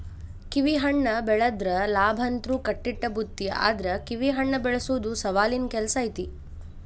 ಕಿವಿಹಣ್ಣ ಬೆಳದ್ರ ಲಾಭಂತ್ರು ಕಟ್ಟಿಟ್ಟ ಬುತ್ತಿ ಆದ್ರ ಕಿವಿಹಣ್ಣ ಬೆಳಸೊದು ಸವಾಲಿನ ಕೆಲ್ಸ ಐತಿ